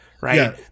Right